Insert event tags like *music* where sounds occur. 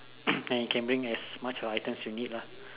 *coughs* and you can bring as much of items you need lah